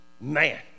Man